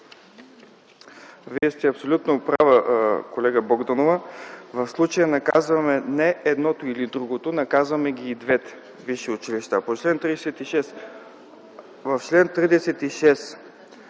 Вие сте абсолютно права, колега Богданова. В случая наказваме не едното или другото, наказваме ги и двете висши училища. В чл. 36